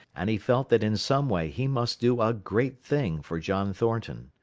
and he felt that in some way he must do a great thing for john thornton.